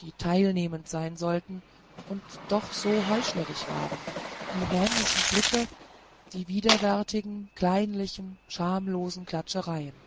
die teilnehmend sein sollten und doch so heuchlerisch waren die hämischen blicke die widerwärtigen kleinlichen schamlosen klatschereien